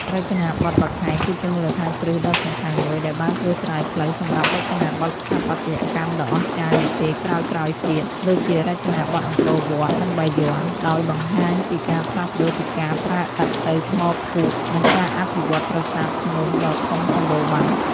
រចនាបថបាខែង គឺជាមូលដ្ឋានគ្រឹះដ៏សំខាន់មួយ ដែលបានត្រួសត្រាយផ្លូវសម្រាប់រចនាបថស្ថាបត្យកម្មដ៏អស្ចារ្យនាពេលក្រោយៗទៀត ដូចជារចនាបថអង្គរវត្ត និងបាយ័ន ដោយបង្ហាញពីការផ្លាស់ប្តូរពីការប្រើឥដ្ឋទៅថ្មភក់ និងការអភិវឌ្ឍប្រាសាទភ្នំដ៏ធំសម្បូរបែប។